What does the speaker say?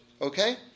Okay